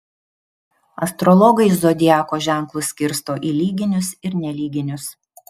astrologai zodiako ženklus skirsto į lyginius ir nelyginius